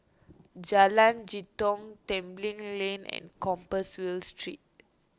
Jalan Jitong Tembeling Lane and Compassvale Street